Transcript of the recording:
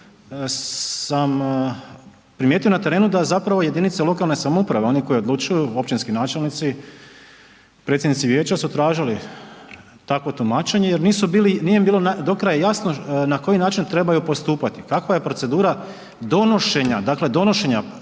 sam primijetio na terenu da zapravo jedinice lokalne samouprave, one koje odlučuju, općinski načelnici, predsjednici vijeća su tražili jer nije im bilo do kraja jasno na koji način trebaju postupati, kakva je procedura donošenja, dakle donošenja